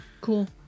Cool